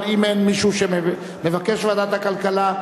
אבל אם אין מישהו שמבקש ועדת הכלכלה,